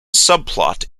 subplot